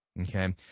Okay